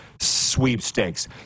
sweepstakes